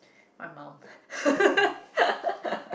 my mum